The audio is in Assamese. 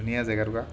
ধুনীয়া জেগাটুকুৰা